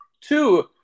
two